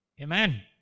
Amen